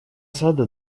сада